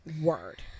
word